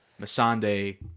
Masande